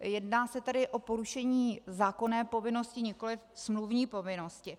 Jedná se tedy o porušení zákonné povinnosti, nikoliv smluvní povinnosti.